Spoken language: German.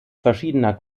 verschiedener